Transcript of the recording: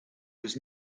was